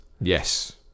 Yes